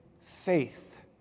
faith